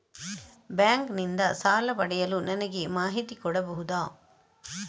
Bank ನಿಂದ ಸಾಲ ಪಡೆಯಲು ನನಗೆ ಮಾಹಿತಿ ಕೊಡಬಹುದ?